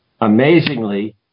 Amazingly